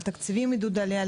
על תקציבים לעידוד עלייה,